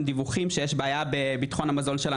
דיווחים שיש בעיה בביטחון המזון של אנשים,